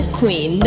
queen